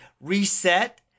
reset